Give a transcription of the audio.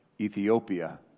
Ethiopia